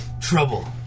trouble